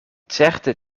certe